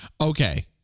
Okay